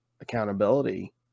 accountability